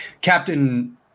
Captain